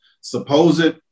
supposed